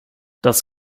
das